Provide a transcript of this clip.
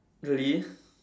really